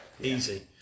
easy